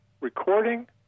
recording